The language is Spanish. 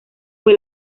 fue